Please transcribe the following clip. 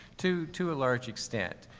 to, to a large extent.